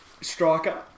striker